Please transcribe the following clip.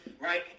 right